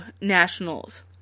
nationals